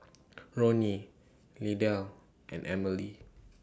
Ronny Lydell and Emilie